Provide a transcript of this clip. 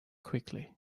quickly